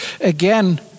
Again